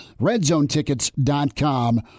RedZoneTickets.com